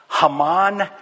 Haman